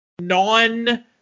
non –